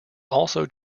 also